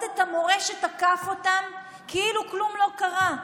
את המורה שתקף אותם כאילו כלום לא קרה.